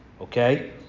Okay